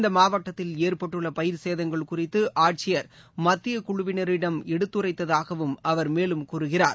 இந்த மாவட்டத்தில் ஏற்பட்டுள்ள பயிர் சேதங்கள் குறித்து ஆட்சியர் மத்தியக்குழுவினரிடம் எடுத்துரைத்ததாகவும் அவர் மேலும் கூறுகிறார்